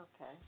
Okay